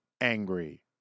angry